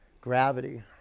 gravity